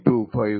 25 യും